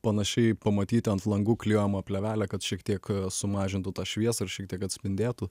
panašiai pamatyti ant langų klijuojamą plėvelę kad šiek tiek sumažintų tą šviesą ir šiek tiek atspindėtų